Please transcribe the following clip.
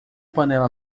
panela